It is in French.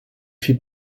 fit